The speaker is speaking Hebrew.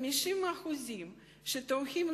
50% תומכים,